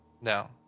No